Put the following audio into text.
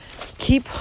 keep